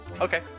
okay